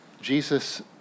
jesus